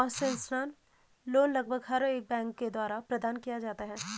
concessional loan लगभग हर एक बैंक के द्वारा प्रदान किया जाता है